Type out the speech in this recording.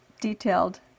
detailed